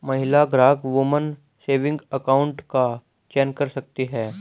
महिला ग्राहक woman saving account का चयन कर सकती है